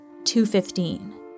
215